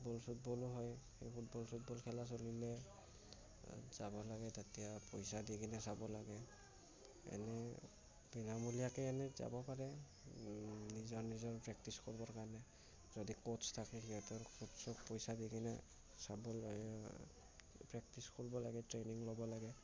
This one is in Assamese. ফুটবল চুটবলো হয় সেই ফুটবল চুটবল খেলা চলিলে যাব লাগে তেতিয়া পইচা দি কিনে যা লাগে এনেই বিনামূলীয়াকে এনেই যাব পাৰে নিজৰ নিজৰ প্ৰেক্টিচ কৰিবৰ কাৰণে যদি কচ থাকে সিহঁতৰ কচক পইচা দি কিনে প্ৰেক্টিচ কৰিব লাগে ট্ৰেইনিং লব লাগে